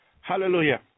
Hallelujah